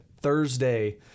Thursday